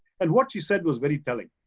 and what she said was very telling.